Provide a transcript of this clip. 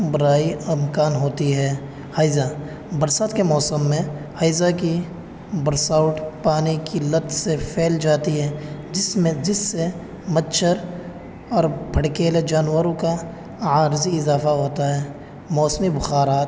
برائے امکان ہوتی ہے ہیضہ برسات کے موسم میں ہیضہ کی برساوٹ پانی کی لت سے پھیل جاتی ہے جس میں جس سے مچھر اور پھڑکیلے جانوروں کا عارضی اضافہ ہوتا ہے موسمی بخارات